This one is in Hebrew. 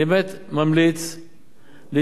היא